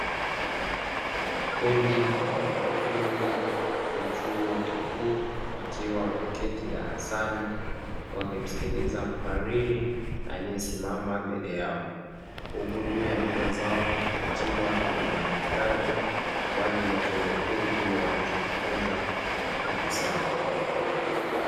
Kundi la wanafunzi wa chuo kikuu wakiwa wameketi darasani, wakimsikiliza mhariri aliyesimama mbele yao, huku juu ya meza zao kukiwa na madaftari kwa ajili ya kunukuu kile wanachojifunza darasani.